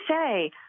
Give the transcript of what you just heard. say